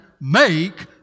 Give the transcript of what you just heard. make